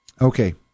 okay